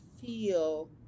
feel